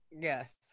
Yes